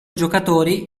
giocatori